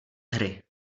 hry